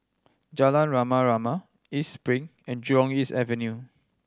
Jalan Rama Rama East Spring and Jurong East Avenue